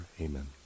Amen